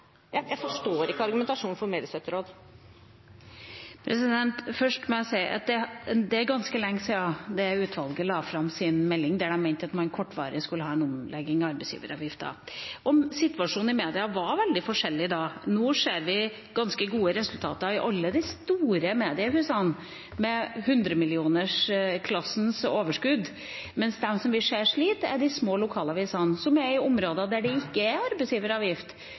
Først må jeg si at det er ganske lenge siden det utvalget la fram sin melding der de mente at man kortvarig skulle ha en omlegging av arbeidsgiveravgiften, og situasjonen i mediene var veldig forskjellig da. Nå ser vi ganske gode resultater i alle de store mediehusene, med overskudd i hundremillionersklassen. Men dem vi ser slite, er de små lokalavisene, som er i områder der det ikke er arbeidsgiveravgift.